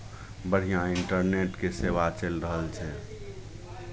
बढ़िआँ इंटरनेटके सेवा चलि रहल छै